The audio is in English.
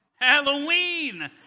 Halloween